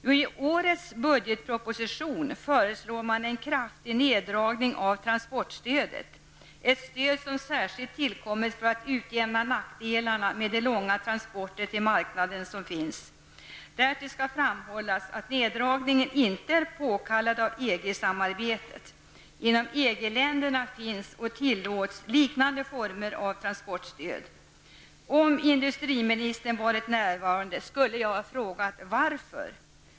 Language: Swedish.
Jo, i årets budgetproposition föreslår den en kraftig neddragning av transportstödet, ett stöd som särskilt tillkommit för att minska nackdelarna med långa transporter till marknaden. Därtill skall framhållas att neddragningen inte är påkallad av EG-samarbetet. Inom EG-länderna finns och tillåts liknande former av transportstöd. Om industriministern varit närvarande skulle jag ha frågat: Varför?